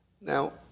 Now